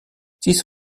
this